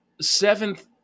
seventh